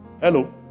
Hello